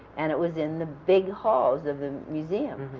and it was in the big halls of the museum,